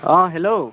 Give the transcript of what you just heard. অ hello